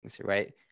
right